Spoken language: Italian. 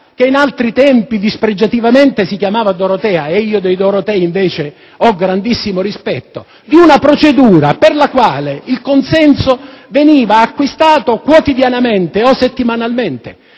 che in altri tempi dispregiativamente si chiamava dorotea (io dei dorotei invece ho grandissimo rispetto), per la quale il consenso veniva acquistato quotidianamente o settimanalmente: